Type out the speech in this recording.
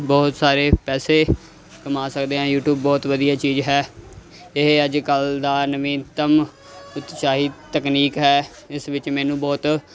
ਬਹੁਤ ਸਾਰੇ ਪੈਸੇ ਕਮਾ ਸਕਦੇ ਹਾਂ ਯੂਟੀਊਬ ਬਹੁਤ ਵਧੀਆ ਚੀਜ਼ ਹੈ ਇਹ ਅੱਜ ਕੱਲ੍ਹ ਦਾ ਨਵੀਨਤਮ ਉਤਸ਼ਾਹੀ ਤਕਨੀਕ ਹੈ ਇਸ ਵਿੱਚ ਮੈਨੂੰ ਬਹੁਤ